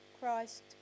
Christ